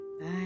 bye